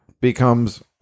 becomes